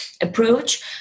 approach